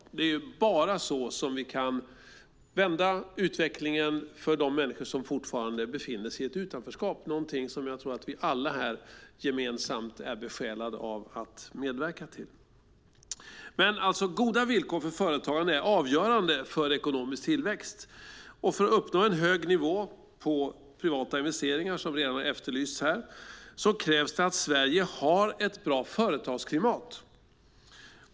Det är bara så som vi kan vända utvecklingen för de människor som fortfarande befinner sig i ett utanförskap, någonting som jag tror att vi alla här gemensamt är besjälade av att medverka till. Goda villkor för företagande är avgörande för ekonomisk tillväxt. För att uppnå en hög nivå på privata investeringar, som redan har efterlysts här, krävs det att Sverige har ett bra företagsklimat.